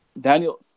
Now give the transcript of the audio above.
Daniel